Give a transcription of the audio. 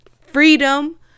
freedom